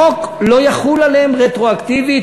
החוק לא יחול עליהם רטרואקטיבית.